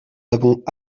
avons